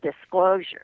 disclosure